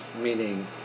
meaning